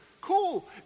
Cool